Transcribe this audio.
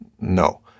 no